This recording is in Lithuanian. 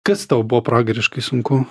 kas tau buvo pragariškai sunku